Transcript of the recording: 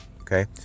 Okay